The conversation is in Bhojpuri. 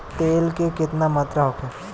तेल के केतना मात्रा होखे?